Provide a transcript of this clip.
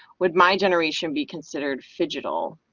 would my generation be considered phigital?